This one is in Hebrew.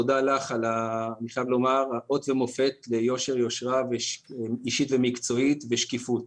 תודה לך על אות למופת ליושר ויושרה אישית ומקצועית ושקיפות.